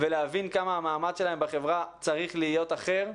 ולהבין כמה המעמד שלהם בחברה צריך להיות אחר.